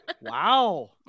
Wow